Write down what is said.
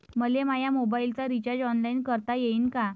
मले माया मोबाईलचा रिचार्ज ऑनलाईन करता येईन का?